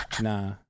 Nah